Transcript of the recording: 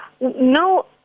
No